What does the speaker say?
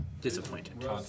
Disappointed